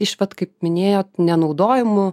iš pat kaip minėjot nenaudojamų